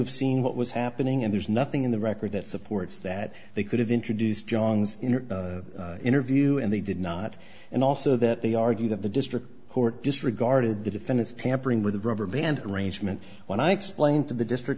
have seen what was happening and there's nothing in the record that supports that they could have introduced john's interview and they did not and also that they argue that the district court disregarded the defendant's tampering with a rubber band arrangement when i explained to the district